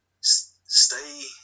Stay